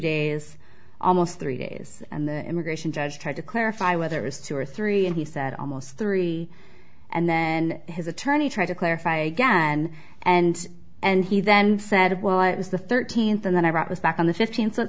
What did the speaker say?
days almost three days and the immigration judge tried to clarify whether it's two or three and he said almost three and then his attorney tried to clarify again and and he then said well it was the thirteenth and then iraq was back on the fifteenth so it